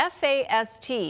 FAST